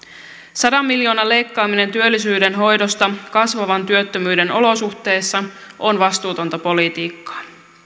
sadan miljoonan leikkaaminen työllisyyden hoidosta kasvavan työttömyyden olosuhteissa on vastuutonta politiikkaa